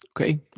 okay